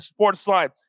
Sportsline